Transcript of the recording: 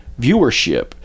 viewership